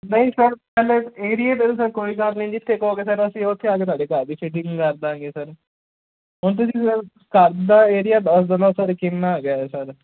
ਨਹੀਂ ਸਰ ਪਹਿਲੇ ਏਰੀਏ ਦੇ ਤਾਂ ਕੋਈ ਗੱਲ ਨਹੀਂ ਜਿੱਥੇ ਕਹੋਗੇ ਸਰ ਅਸੀਂ ਉੱਥੇ ਤੁਹਾਡੇ ਘਰ ਦੀ ਫਿਟਿੰਗ ਕਰ ਦਾਂਗੇ ਸਰ ਉਝ ਤਾਂ ਜੀ ਕਰ ਦਾਂਗੇ ਏਰੀਆ ਦਸ ਦੇਣਾ ਸਰ ਕਿੰਨਾ ਹੈਗਾ ਸਰ